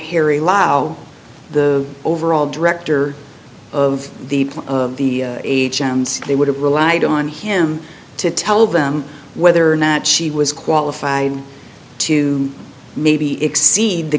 harry lao the overall director of the of the agency they would have relied on him to tell them whether or not she was qualified to maybe exceed the